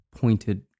pointed